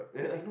yeah